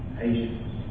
patience